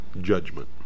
judgment